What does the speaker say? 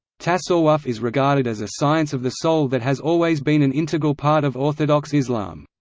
tasawwuf is regarded as a science of the soul that has always been an integral part of orthodox islam.